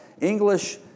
English